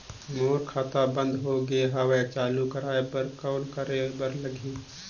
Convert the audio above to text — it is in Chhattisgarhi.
मोर खाता बंद हो गे हवय चालू कराय बर कौन करे बर लगही?